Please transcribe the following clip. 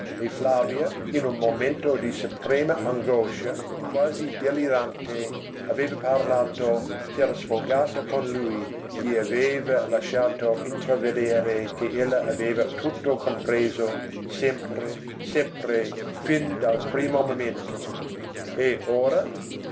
e flavia in un momento di suprema angoscia quasi delirante aveva parlato s'era sfogata con lui gli aveva lasciato intravedere che ella aveva tutto compreso sempre sempre fin dal primo momento e ora